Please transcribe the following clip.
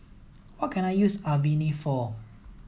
what can I use Avene for